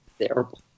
terrible